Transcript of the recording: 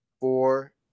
four